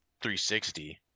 360